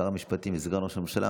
שר המשפטים וסגן ראש הממשלה,